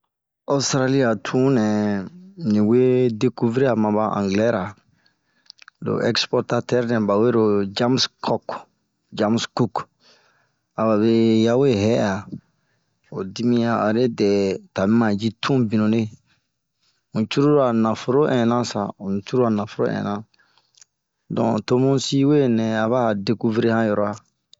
Ɔstarali a tun nɛɛ li we dekuviria maba angilɛra, lo ɛkspɔrtatɛre nɛ bawelo jamsi koke, jamsi kuke, arobe ya we hɛ'aa ho dimiɲan ale dɛ tamima yii tun binure. Mun cururu a naforo ɛna sa naforo ɛna. Donke to bun si we nɛ aba dekuviri ho yura.